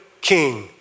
King